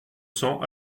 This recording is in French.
cents